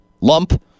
lump